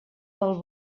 del